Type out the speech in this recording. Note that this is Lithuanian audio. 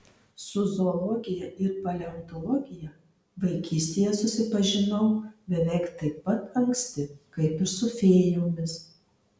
su zoologija ir paleontologija vaikystėje susipažinau beveik taip pat anksti kaip ir su fėjomis